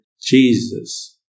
Jesus